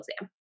exam